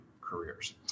careers